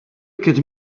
could